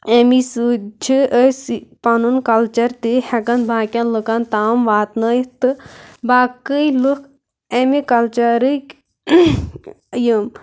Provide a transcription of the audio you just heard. امے سۭتۍ چھِ أسۍ پنُن کلچر تہِ ہٮ۪کان باقین لُکن تام واتنٲیِتھ تہٕ باقٕے لُکھ امہِ کلچرٕکۍ یِم